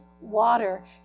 water